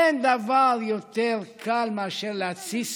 אין דבר יותר קל מאשר להתסיס,